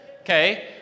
Okay